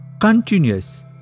continuous